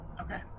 okay